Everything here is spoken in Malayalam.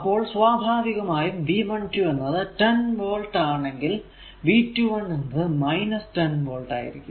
അപ്പോൾ സ്വാഭാവികമായും V12 എന്നത് 10 വോൾട് ആണെങ്കിൽ V21 എന്നത് 10 വോൾട് ആയിരിക്കും